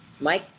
Mike